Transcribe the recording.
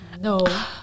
no